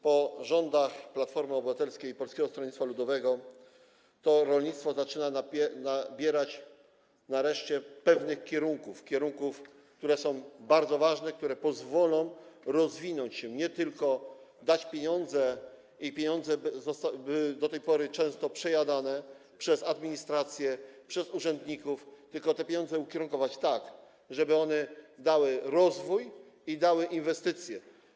Po rządach Platformy Obywatelskiej i Polskiego Stronnictwa Ludowego to rolnictwo zaczyna nabierać nareszcie pewnych kierunków, kierunków, które są bardzo ważne, które pozwolą rozwinąć się, nie tylko dać pieniądze, pieniądze do tej pory często przejadane przez administrację, przez urzędników, i te pieniądze skierować tak, żeby one dały rozwój i dały inwestycje.